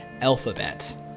alphabet